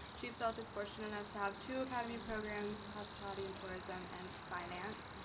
chief sealth is fortunate enough to have two academy programs hospitality and tourism and finance.